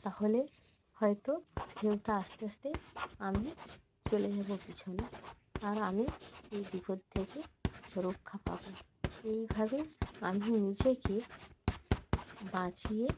তাহলে হয়তো ঢেউটা আসতে আসতে আমি চলে যাবো পিছনে আর আমি এই বিপদ থেকে রক্ষা পাবো এইভাবে আমি নিজেকে বাঁচিয়ে